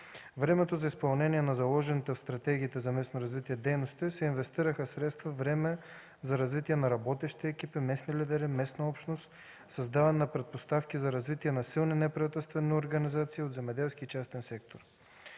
времето за изпълнение на заложените в Стратегията за местно развитие дейности се инвестираха средства, време за развитие на работещи екипи, местни лидери, местна общност, създаване на предпоставки за развитие на силни неправителствени организации от земеделския и частния сектор.